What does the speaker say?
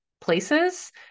places